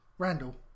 Randall